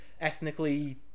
ethnically